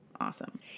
Awesome